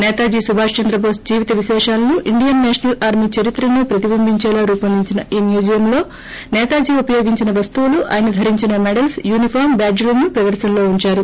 సేతాజీ సుభాష్ చంద్రబోస్ జీవిత విశేషాలను Indian national army చరిత్రను ప్రతిబింబించేలా రూపొందించిన ఈ మ్యూజియంలో సేతాజీ ఉపయోగించిన వస్తువులు ఆయన ధరించిన మెడల్స్ యూనిఫాం బ్యాడ్జ్ లు ప్రదర్తనలో ఉందారు